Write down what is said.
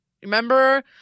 Remember